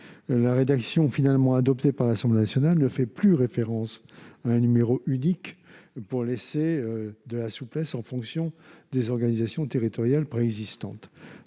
la rédaction finalement adoptée par l'Assemblée nationale ne fait plus référence à un numéro unique pour laisser de la souplesse en fonction des organisations territoriales préexistantes.